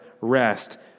rest